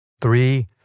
Three